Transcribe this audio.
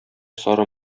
сары